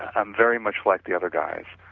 and very much like the other guys.